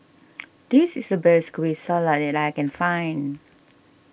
this is the best Kueh Salat that I can find